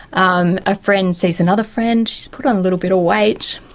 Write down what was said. um a friend sees another friend, she's put on a little bit of weight,